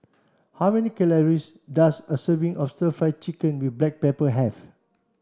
how many calories does a serving of stir fry chicken with black pepper have